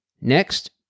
Next